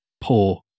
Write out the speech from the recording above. poor